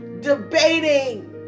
debating